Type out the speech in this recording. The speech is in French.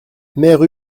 mère